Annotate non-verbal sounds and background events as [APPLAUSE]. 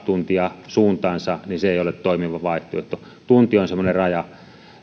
[UNINTELLIGIBLE] tuntia suuntaansa se ei ole toimiva vaihtoehto tunti on semmoinen raja